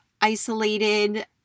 isolated